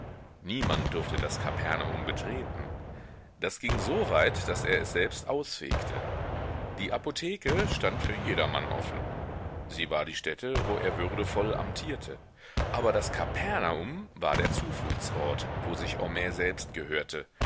niemand durfte das kapernaum betreten das ging soweit daß er es selbst ausfegte die apotheke stand für jedermann offen sie war die stätte wo er würdevoll amtierte aber das kapernaum war der zufluchtsort wo sich homais selbst gehörte